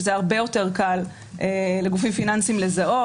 שזה הרבה יותר קל לגופים פיננסים לזהות,